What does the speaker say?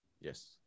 Yes